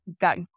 Got